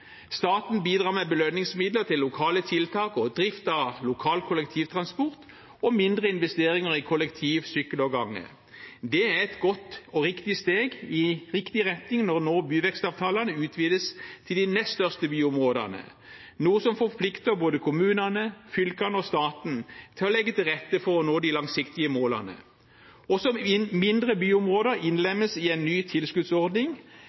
Staten bidrar med belønningsmidler til lokale tiltak og drift av lokal kollektivtransport og mindre investeringer i kollektiv, sykkel og gange. Det er et godt og riktig steg i rett retning når byvekstavtalene nå utvides til de nest største byområdene, noe som forplikter både kommunene, fylkene og staten til å legge til rette for å nå de langsiktige målene. Også mindre byområder innlemmes i en ny tilskuddsordning: